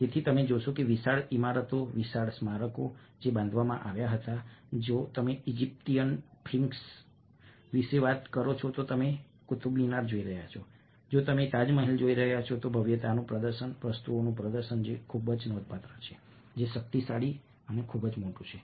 તેથી તમે જોશો કે વિશાળ ઇમારતો વિશાળ સ્મારકો જે બાંધવામાં આવ્યા હતા જો તમે ઇજિપ્તીયન સ્ફિન્ક્સ વિશે વાત કરો છો તો તમે કુતુબ મિનાર જોઈ રહ્યા છો જો તમે તાજમહેલ જોઈ રહ્યા છો ભવ્યતાનું પ્રદર્શન વસ્તુઓનું પ્રદર્શન જે ખૂબ જ નોંધપાત્ર છે જે શક્તિશાળી છે જે મોટી છે